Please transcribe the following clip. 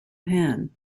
han